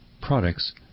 products